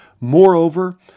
Moreover